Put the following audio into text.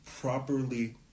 properly